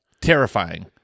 terrifying